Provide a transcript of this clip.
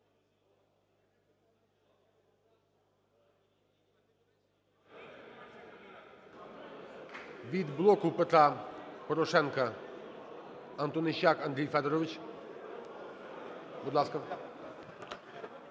Від "Блоку Петра Порошенка" Антонищак Андрій Федорович, будь ласка.